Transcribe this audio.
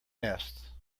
nest